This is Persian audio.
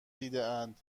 دیدهاند